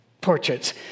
portraits